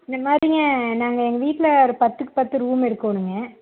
இந்த மாதிரிங்க நாங்கள் எங்கள் வீட்டில் ஒரு பத்துக்கு பத்து ரூமு எடுக்கணும்ங்க